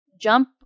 jump